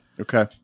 Okay